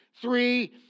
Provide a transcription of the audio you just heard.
Three